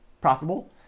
profitable